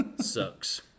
Sucks